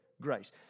grace